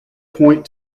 point